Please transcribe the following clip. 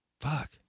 Fuck